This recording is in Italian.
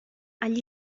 agli